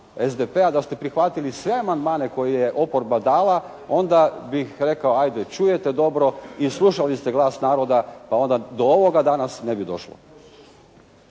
SDP-a. Da ste prihvatili sve amandmane koje je oporba dala, onda bih rekao 'ajde čujete dobro i slušali ste glas naroda pa onda do ovoga danas ne bi došlo.